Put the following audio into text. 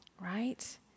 Right